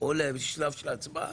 או לשלב של ההצבעה?